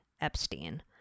Epstein